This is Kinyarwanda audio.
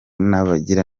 n’abagira